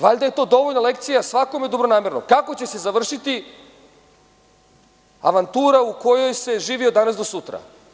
Valjda je to dovoljna lekcija svakome kako će se završiti avantura u kojoj se živi od danas do sutra.